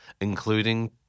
including